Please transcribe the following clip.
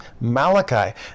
Malachi